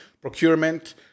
procurement